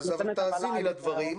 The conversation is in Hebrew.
אבל תאזיני לדברים.